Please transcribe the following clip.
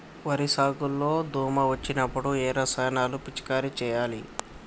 వరి సాగు లో దోమ వచ్చినప్పుడు ఏ రసాయనాలు పిచికారీ చేయాలి?